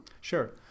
Sure